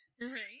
Right